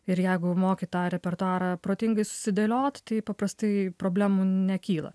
ir jeigu moki tą repertuarą protingai susidėliot tai paprastai problemų nekyla